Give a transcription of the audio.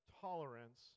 tolerance